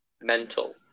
Mental